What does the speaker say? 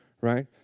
right